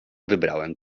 wybrałem